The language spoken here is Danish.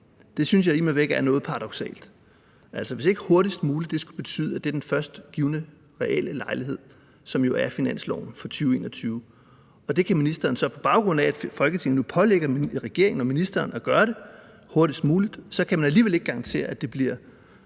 Det synes jeg immer væk er noget paradoksalt, altså hvis ikke »hurtigst muligt« skulle betyde, at det er den førstgivne reelle lejlighed, som jo er finansloven for 2021. Der kan ministeren så, på baggrund af at Folketinget nu pålægger regeringen og ministeren at gøre det hurtigst muligt, alligevel ikke garantere, at det bliver